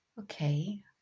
Okay